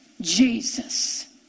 Jesus